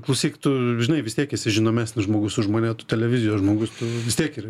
klausyk tu žinai vis tiek esi žinomesnis žmogus už mane tu televizijos žmogus tu vis tiek ir